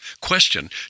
Question